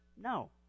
No